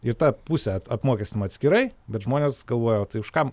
ir tą pusę at apmokestinam atskirai bet žmonės galvoja o tai už ką